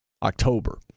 October